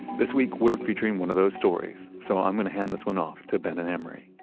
this week we're featuring one of those stories. so i'm going to hand this one off to ben and amory